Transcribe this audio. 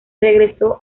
regresó